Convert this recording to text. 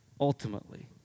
ultimately